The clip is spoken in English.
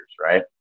right